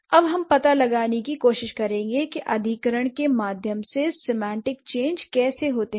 अब हम पता लगाने की कोशिश करेंगे की अधिग्रहण के माध्यम से सेमांटिक चेंज कैसे होते हैं